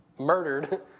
Murdered